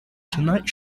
tonight